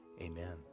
amen